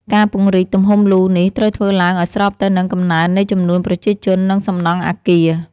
ការពង្រីកទំហំលូនេះ ត្រូវធ្វើឡើងឱ្យស្របទៅនឹងកំណើននៃចំនួនប្រជាជន និងសំណង់អគារ។